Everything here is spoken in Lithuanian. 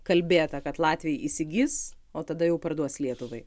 kalbėta kad latviai įsigis o tada jau parduos lietuvai